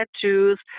tattoos